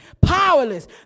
powerless